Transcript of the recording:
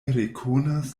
rekonas